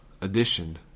addition